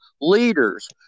leaders